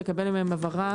לקבל מהם הבהרה